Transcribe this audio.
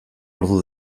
ordu